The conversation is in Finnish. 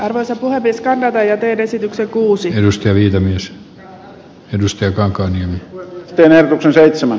arvoisa puhemies kääntävän jätteen esityksen kuusinen ystävyyttä myös yritysten kaukonen pelevicin seitsemää